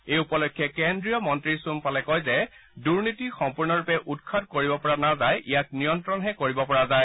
এই উপলক্ষে কেন্দ্ৰীয় মন্ত্ৰী সোমপালে কয় যে দুনীতি সম্পূৰ্ণৰূপে উৎখাত কৰিব পৰা নাযায় ইয়াক নিয়ন্ত্ৰণহে কৰিব পৰা যায়